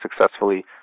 successfully